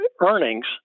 earnings